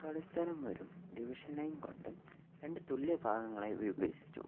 കളിസ്ഥലം ഒരു division line കൊണ്ട് രണ്ട് തുല്യ ഭാഗങ്ങളായി വിഭജിച്ചു